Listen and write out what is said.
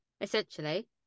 Essentially